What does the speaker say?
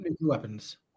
weapons